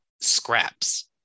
scraps